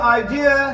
idea